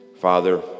Father